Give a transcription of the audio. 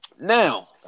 Now